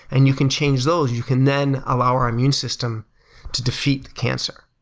and you can change those. you can then allow our immune system to defeat the cancer.